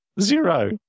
Zero